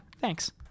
thanks